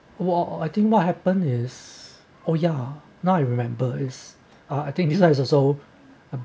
overall I think what happen is oh ya now I remember is uh I think the one is also